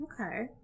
Okay